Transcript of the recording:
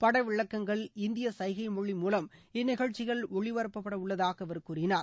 படவிளக்கங்கள் இந்திய சசைகை மொழி மூலம் இந்நிகழ்ச்சிகள் ஒளிபரப்பட உள்ளதாக அவர் கூறினார்